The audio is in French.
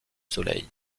soleil